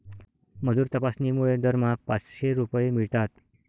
मजूर तपासणीमुळे दरमहा पाचशे रुपये मिळतात